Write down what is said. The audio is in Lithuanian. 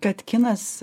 kad kinas